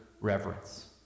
reverence